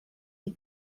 die